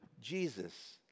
Jesus